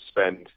spend